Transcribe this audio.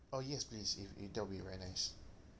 oh yes please if it that'll be very nice